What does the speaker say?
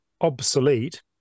obsolete